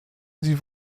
sie